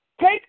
Take